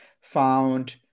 found